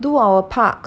do our part